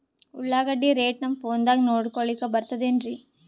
ಉಳ್ಳಾಗಡ್ಡಿ ರೇಟ್ ನಮ್ ಫೋನದಾಗ ನೋಡಕೊಲಿಕ ಬರತದೆನ್ರಿ?